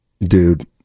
dude